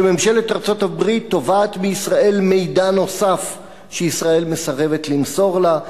שממשלת ארצות-הברית תובעת מישראל מידע נוסף שישראל מסרבת למסור לה,